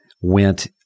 went